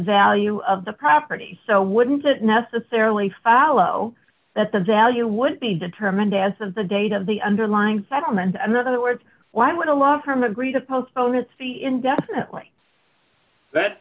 value of the property so wouldn't it necessarily follow that the value would be determined as of the date of the underlying settlement and the other words why would a law firm agree to postpone its feet indefinitely that